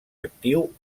actiu